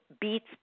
beats